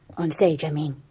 on stage, i mean.